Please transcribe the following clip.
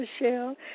Michelle